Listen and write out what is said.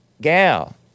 gal